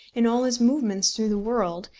in all his movements through the world,